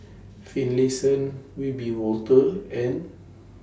Finlayson Wiebe Wolters and